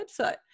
website